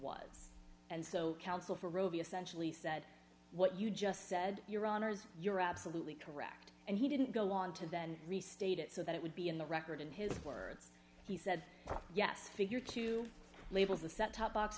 was and so counsel for rovio sensually said what you just said your honour's you're absolutely correct and he didn't go on to then restate it so that it would be in the record in his words he said yes figure two labels the set top box